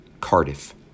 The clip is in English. Cardiff